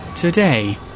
Today